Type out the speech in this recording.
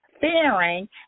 fearing